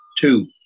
two